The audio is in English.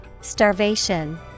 Starvation